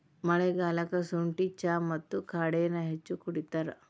ಮಳಿಗಾಲಕ್ಕ ಸುಂಠಿ ಚಾ ಮತ್ತ ಕಾಡೆನಾ ಹೆಚ್ಚ ಕುಡಿತಾರ